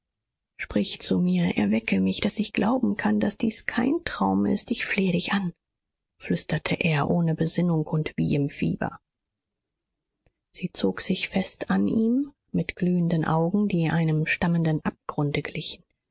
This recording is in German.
sprich zu mir erwecke mich daß ich glauben kann daß dies kein traum ist ich flehe dich an flüsterte er ohne besinnung und wie im fieber sie zog sich fest an ihm mit glühenden augen die einem flammenden abgrunde glichen